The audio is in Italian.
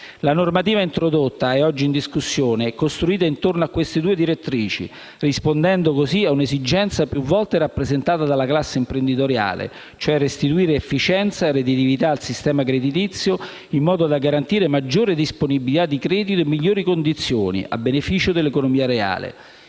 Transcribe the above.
La normativa introdotta e oggi in discussione è costruita intorno a queste due direttrici, rispondendo così a un'esigenza più volte rappresentata dalla classe imprenditoriale, cioè restituire efficienza e redditività al sistema creditizio in modo da garantire maggiore disponibilità di credito e migliori condizioni, a beneficio dell'economia reale.